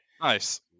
nice